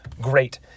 Great